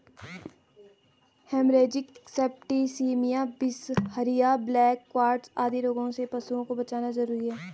haemorrhagic septicaemia, बिसहरिया, black quarters आदि रोगों से पशुओं को बचाना जरूरी है